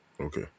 okay